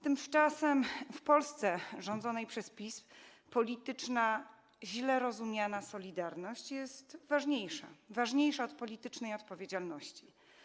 Tymczasem w Polsce rządzonej przez PiS polityczna, źle rozumiana solidarność jest ważniejsza od politycznej odpowiedzialności.